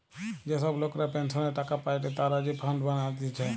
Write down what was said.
যে সব লোকরা পেনসনের টাকা পায়েটে তারা যে ফান্ড বানাতিছে